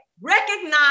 recognize